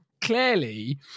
clearly